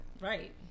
Right